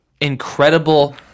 incredible